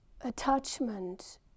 attachment